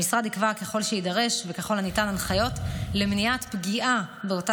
המשרד יקבע ככל שיידרש וככל הניתן הנחיות למניעת פגיעה באותה